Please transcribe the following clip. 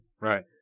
Right